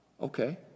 Okay